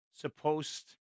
supposed